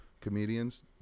comedians